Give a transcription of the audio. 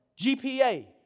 GPA